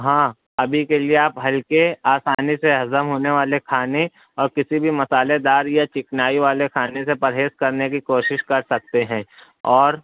ہاں ابھی کے لیے آپ ہلکے آسانی سے ہضم ہونے والے کھانے اور کسی بھی مسالے دار یا چکنائی والے کھانے سے پرہیز کرنے کی کوشش کرسکتے ہیں اور